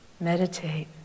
Meditate